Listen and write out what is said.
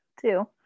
two